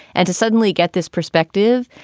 and to suddenly get this perspective,